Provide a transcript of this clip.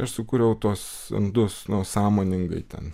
aš sukūriau tuos indus nuo sąmoningai ten